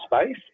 space